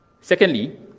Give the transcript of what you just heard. Secondly